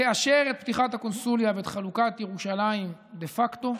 תאשר את פתיחת הקונסוליה ואת חלוקת ירושלים דה פקטו,